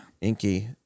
Inky